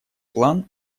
план